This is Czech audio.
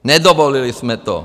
Nedovolili jsme to!